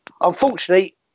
Unfortunately